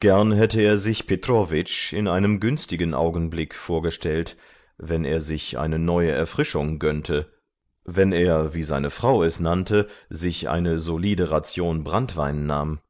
gern hätte er sich petrowitsch in einem günstigen augenblick vorgestellt wenn er sich eine neue erfrischung gönnte wenn er wie seine frau es nannte sich eine solide ration branntwein nahm